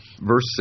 Verse